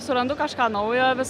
surandu kažką naujo vis